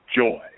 joy